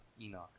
Enoch